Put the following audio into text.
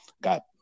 got